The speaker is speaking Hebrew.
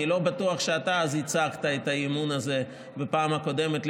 אני לא בטוח שאתה אז הצגת את האי-אמון הזה בפעם הקודמת,